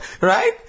Right